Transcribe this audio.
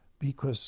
because